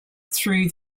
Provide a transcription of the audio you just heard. through